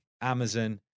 Amazon